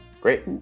Great